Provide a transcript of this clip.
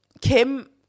Kim